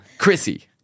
Chrissy